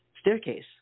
staircase